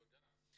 תודה.